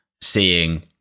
seeing